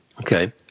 Okay